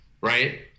right